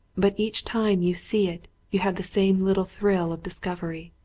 but each time you see it you have the same little thrill of discovery.